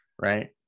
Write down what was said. Right